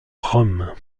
rome